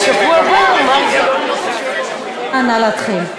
נא להתחיל.